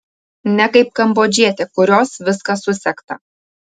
ne kaip kambodžietė kurios viskas susegta